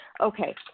Okay